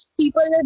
people